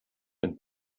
ein